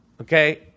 okay